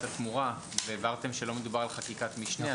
התמורה והבהרתם שלא מדובר על חקיקת משנה.